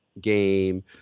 game